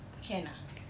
can ah